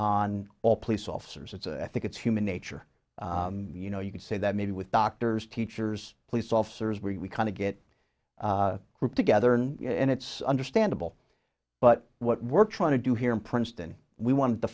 on all police officers it's i think it's human nature you know you can say that maybe with doctors teachers police officers where we kind of get grouped together and it's understandable but what we're trying to do here in princeton we want to